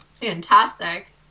Fantastic